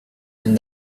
and